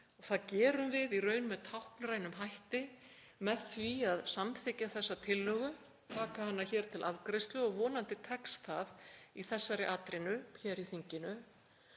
Það gerum við í raun með táknrænum hætti með því að samþykkja þessa tillögu, taka hana hér til afgreiðslu og vonandi tekst það í þessari atrennu hér í þinginu.